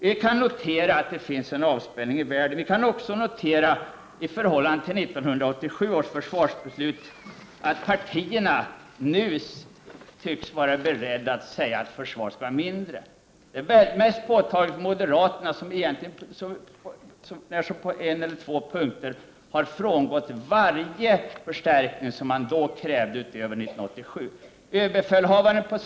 Vi kan notera att det förekommer en avspänning i världen. I förhållande till 1987 års försvarsbeslut kan vi också notera att partierna nu tycks vara beredda att dra ned på försvaret. Moderaterna är de som mest påtagligt har frångått varje förstärkning — med ett par undantag — som man krävde inför 1987 års försvarsbeslut.